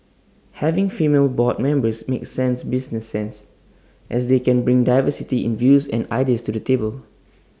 having female board members makes sense business sense as they can bring diversity in views and ideas to the table